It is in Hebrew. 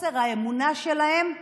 חוסר האמונה שלהם בתנ"ך,